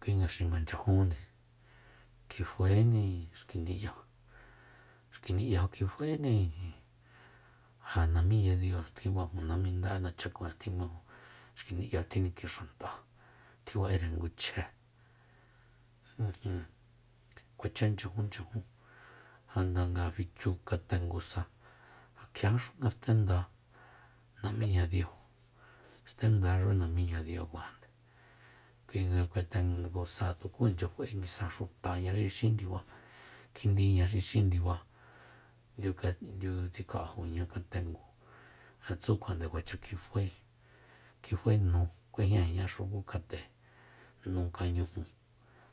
kuinga xi manchyajunni kjifaeni xki ni'ya xki ni'ya kjifaéni ijin ja namiña diu tjimaju naminda'e nachakun'e tjimaju xki ni'ya tjinikixant'a tjiba'ere ngu chje junjun kuacha nchyajunchajun janda nga fichu katengu sa ja kjia xu nga stenda namiña diu stendaxu namiña diukuajande kuinga katengusa tuku inchya fa'e nguisa xutaña xi xín ndiba kjindiña xi xín ndiba ndiuka- ndiutsikja'ajoña katengu ja tsu kjua nde kuacha kjifae kjifae nu k'uejñaña xuku kjat'e nu kañuju